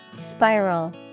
Spiral